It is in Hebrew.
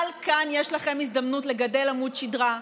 אבל כאן יש לכם הזדמנות לגדל עמוד שדרה,